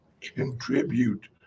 contribute